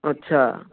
ਅੱਛਾ